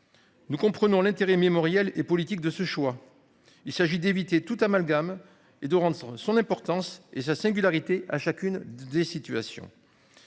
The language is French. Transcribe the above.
Nous comprenons l'intérêt mémoriel et politique de ce choix. Il s'agit d'éviter tout amalgame et de rendre son importance et sa singularité à chacune des situations.